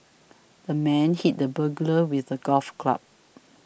the man hit the burglar with a golf club